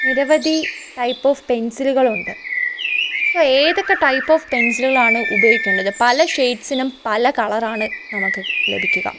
നിരവധി type of പെൻസിലുകൾ ഉണ്ട് സൊ ഏതൊക്കെ ടൈപ്പ് ഓഫ് പെൻസിലുകളാണ് ഉപയോഗിക്കേണ്ടത് പല ഷെയ്ഡ്സിനും പല കളറാണ് നമക്ക് ലഭിക്കുക